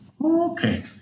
Okay